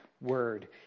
word